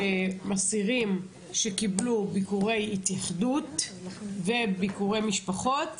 שאסירים שקיבלו ביקורי התייחסות וביקורי משפחות,